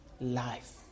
life